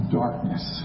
darkness